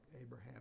Abraham